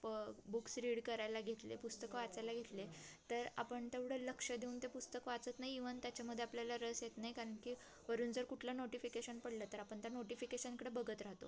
प books read करायला घेतले पुस्तकं वाचायला घेतले तर आपण तेवढं लक्ष देऊन ते पुस्तक वाचत नाही इव्हन त्याच्यामध्ये आपल्याला रस येत नाही कारण की वरून जर कुठलं नोटिफिकेशन पडलं तर आपण त्या नोटिफिकेशनकडे बघत राहतो